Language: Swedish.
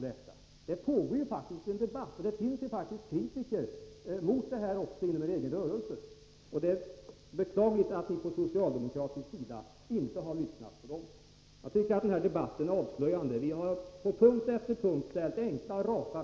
Men det är mycket trist att socialdemokraterna inte av egen kraft har ändrat på detta.